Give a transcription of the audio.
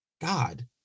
God